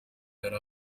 yari